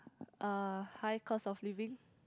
uh high cost of living